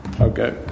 Okay